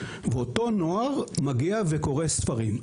אותו נוער מגיע וקורא ספרים.